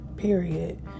period